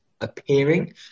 appearing